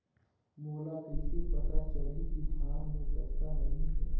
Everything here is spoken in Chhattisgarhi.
मोला कइसे पता चलही की धान मे कतका नमी हे?